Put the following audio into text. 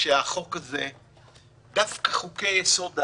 דווקא חוקי-היסוד האחרים,